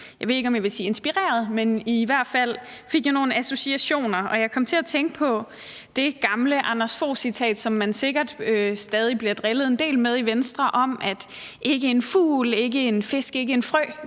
jeg ved ikke, om jeg vil sige inspireret, men i hvert fald fik jeg nogle associationer. Jeg kom til at tænke på det gamle Anders Fogh Rasmussen-citat, som man sikkert stadig bliver drillet en del med i Venstre, om, at ikke en fugl, ikke en fisk, ikke en frø